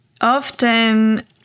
often